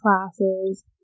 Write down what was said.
classes